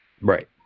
right